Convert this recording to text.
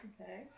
Okay